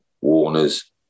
Warners